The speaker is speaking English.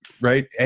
Right